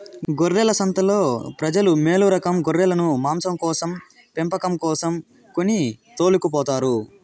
గొర్రెల సంతలో ప్రజలు మేలురకం గొర్రెలను మాంసం కోసం పెంపకం కోసం కొని తోలుకుపోతారు